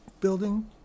building